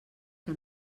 que